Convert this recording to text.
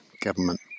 government